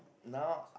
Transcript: now uh